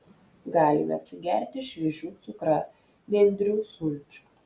galime atsigerti šviežių cukranendrių sulčių